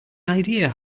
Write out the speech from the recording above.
idea